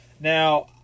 Now